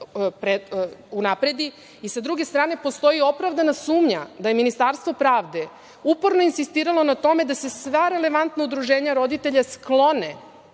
i sa druge strane, postoji opravdana sumnja da je Ministarstvo pravde uporno insistiralo na tome da se sva relevantna udruženja roditelja sklone